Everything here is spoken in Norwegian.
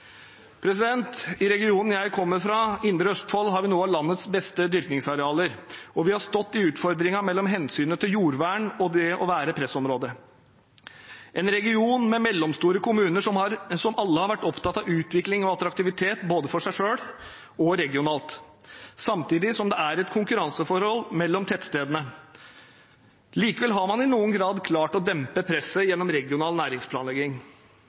I regionen jeg kommer fra, Indre Østfold, har vi noen av landets beste dyrkingsarealer, og vi har stått i utfordringen mellom hensynet til jordvern og det å være et pressområde. Det er en region med mellomstore kommuner som alle har vært opptatt av utvikling og attraktivitet både for seg selv og for regionen. Samtidig er det konkurranseforhold mellom tettstedene. Likevel har man i noen grad klart å dempe presset gjennom regional næringsplanlegging.